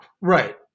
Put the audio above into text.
Right